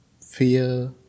fear